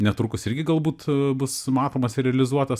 netrukus irgi galbūt bus matomas ir realizuotas